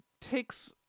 takes